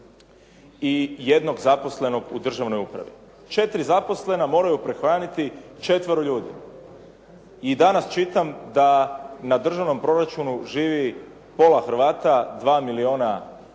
i jednog zaposlenog u državnoj upravi. Četiri zaposlena moraju prehraniti četvoro ljudi. I danas čitam da nam državnom proračunu živi pola Hrvata 2 milijuna ljudi